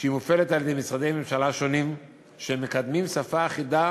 המופעלת על-ידי משרדי ממשלה שונים שמקדמים שפה אחידה